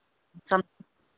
सम